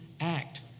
act